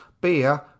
beer